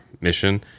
mission